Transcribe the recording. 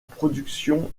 production